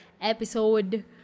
episode